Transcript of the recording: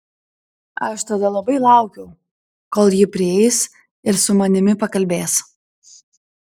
aš tada labai laukiau kol ji prieis ir su manimi pakalbės